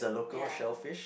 ya